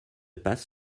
passe